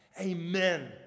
amen